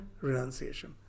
renunciation